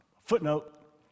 Footnote